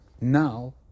now